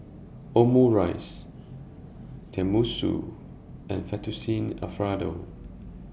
Omurice Tenmusu and Fettuccine Alfredo